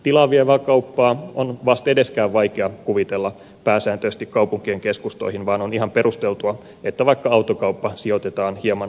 tilaa vievää kauppaa on vastedeskään vaikea kuvitella pääsääntöisesti kaupunkien keskustoihin vaan on ihan perusteltua että vaikkapa autokauppa sijoitetaan hieman syrjemmälle